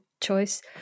choice